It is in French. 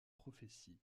prophétie